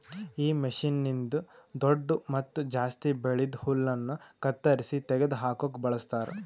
ಈ ಮಷೀನ್ನ್ನಿಂದ್ ದೊಡ್ಡು ಮತ್ತ ಜಾಸ್ತಿ ಬೆಳ್ದಿದ್ ಹುಲ್ಲನ್ನು ಕತ್ತರಿಸಿ ತೆಗೆದ ಹಾಕುಕ್ ಬಳಸ್ತಾರ್